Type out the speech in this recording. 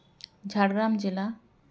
ᱡᱷᱟᱲᱜᱨᱟᱢ ᱡᱮᱞᱟ